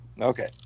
Okay